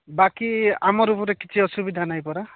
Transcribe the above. ବାକି ଆମର ଉପରେ କିଛି ଅସୁବିଧା ନାଇଁ ପରା